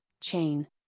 chain